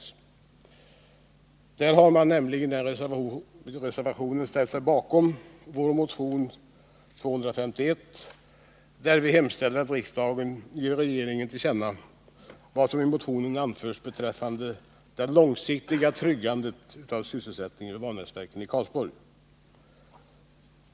I den reservationen ställer sig nämligen näringsutskottets socialdemokratiska ledamöter bakom motion 251 av mig och några övriga riksdagsledamöter, där vi hemställer att regeringen ger riksdagen till känna vad som i motionen anförts beträffande det långsiktiga tryggandet av sysselsättningen vid Vanäsverken i Karlsborg.